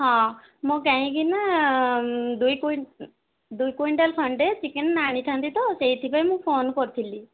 ହଁ ମୁଁ କାହିଁକିନା ଦୁଇ ଦୁଇ କୁଇଣ୍ଟାଲ ଖଣ୍ଡେ ଚିକେନ ଆଣିଥାନ୍ତି ତ ସେଇଥିପାଇଁ ମୁଁ ଫୋନ କରିଥିଲି